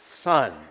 son